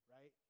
Right